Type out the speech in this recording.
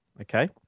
Okay